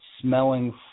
smelling